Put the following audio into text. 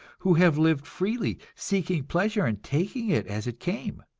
who have lived freely, seeking pleasure and taking it as it came.